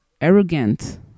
arrogant